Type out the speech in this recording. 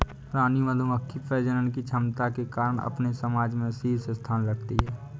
रानी मधुमक्खी प्रजनन की क्षमता के कारण अपने समाज में शीर्ष स्थान रखती है